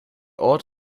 ort